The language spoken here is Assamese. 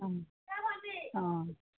অঁ অঁ